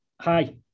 hi